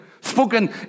spoken